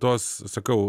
tos sakau